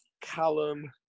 Callum